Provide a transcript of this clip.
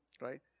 right